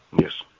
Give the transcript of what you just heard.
Yes